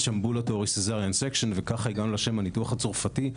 ambulatory caesarian section וכך הגענו לשם הניתוח הצרפתי,